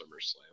SummerSlam